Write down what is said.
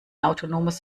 autonomes